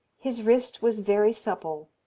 his wrist was very supple.